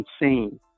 insane